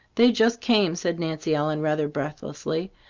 they just came, said nancy ellen rather breathlessly.